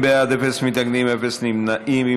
50 בעד, אפס מתנגדים, אפס נמנעים.